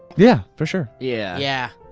yeah, for sure. yeah yeah.